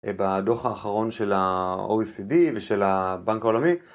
בדוח האחרון של ה-OECD ושל הבנק העולמי.